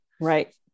Right